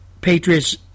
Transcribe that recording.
Patriots